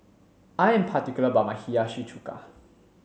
I am particular about my Hiyashi Chuka